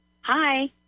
Hi